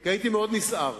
כי הייתי מאוד נסער,